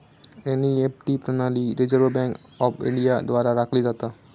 NEFT प्रणाली reserve bank of India द्वारा राखली जाता